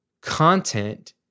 Content